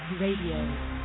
Radio